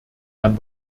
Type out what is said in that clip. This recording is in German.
dann